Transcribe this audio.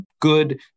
good